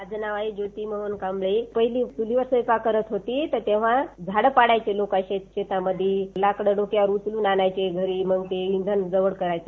माझ नाव ज्योती मोहन कांबळे पहिले चूलीवर स्वयपाक करत होती तर तेव्हा झाड पाडायची लोक शेतामधी लाकड डोक्यावर उचलून आणायचे घरी मग ते इधन वापरायचे